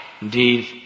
Indeed